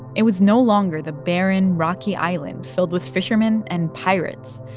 it was no longer the barren, rocky island filled with fishermen and pirates.